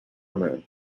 moon